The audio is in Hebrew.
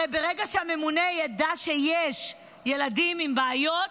הרי ברגע שהממונה ידע שיש ילדים עם בעיות